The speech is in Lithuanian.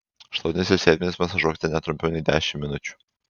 šlaunis ir sėdmenis masažuokite ne trumpiau nei dešimt minučių